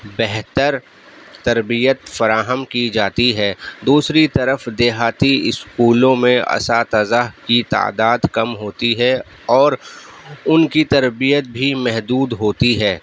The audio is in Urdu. بہتر تربیت فراہم کی جاتی ہے دوسری طرف دیہاتی اسکولوں میں اساتذہ کی تعداد کم ہوتی ہے اور ان کی تربیت بھی محدود ہوتی ہے